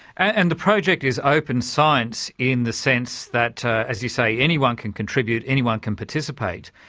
and the project is open science in the sense that as you say, anyone can contribute, anyone can participate.